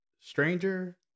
stranger